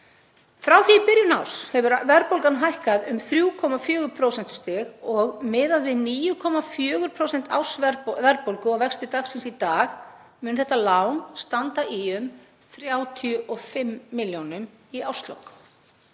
Frá því í byrjun árs hefur verðbólgan hækkað um 3,4 prósentustig og miðað við 9,4% ársverðbólgu og vexti dagsins í dag mun þetta lán standa í um 35 milljónum í árslok